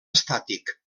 estàtic